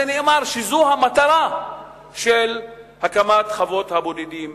נאמר שזו המטרה של הקמת חוות הבודדים.